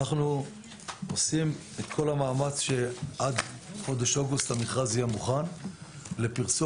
אנחנו עושים את כל המאמץ שעד חודש אוגוסט המכרז יהיה מוכן לפרסום.